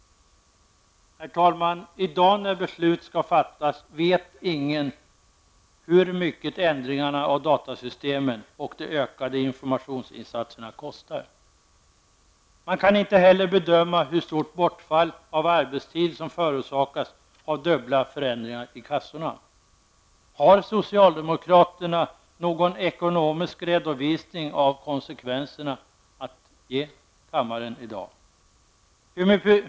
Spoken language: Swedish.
Herr talman! I dag när beslut skall fattas vet ingen hur mycket ändringarna av datasystemen och de ökade informationsinsatserna kostar. Man kan inte heller bedöma hur stort bortfall av arbetstid som förorsakas av dubbla förändringar hos kassorna. Har socialdemokraterna någon ekonomisk redovisning av konsekvenserna att ge kammaren i dag?